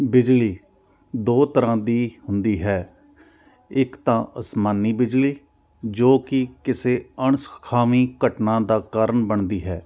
ਬਿਜਲੀ ਦੋ ਤਰ੍ਹਾਂ ਦੀ ਹੁੰਦੀ ਹੈ ਇੱਕ ਤਾਂ ਅਸਮਾਨੀ ਬਿਜਲੀ ਜੋ ਕਿ ਕਿਸੇ ਅਣਸੁਖਾਵੀਂ ਘਟਨਾ ਦਾ ਕਾਰਨ ਬਣਦੀ ਹੈ